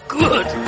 good